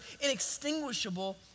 inextinguishable